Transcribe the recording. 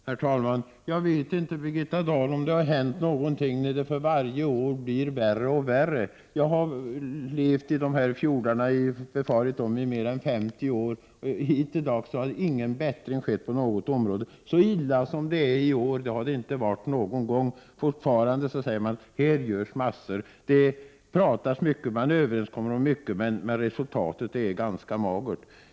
Herr talman! Jag vet inte, Birgitta Dahl, om det har hänt någonting när det för varje år blir värre och värre. Jag har befarit de här fjordarna i mer än 50 år, och hittills har ingen bättring skett på något område. Så illa som det är i år har det inte varit någon gång tidigare, och fortfarande säger man: Här görs massor. Det pratas mycket, man kommer överens om mycket, men resultatet är ganska magert.